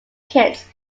kids